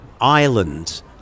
Ireland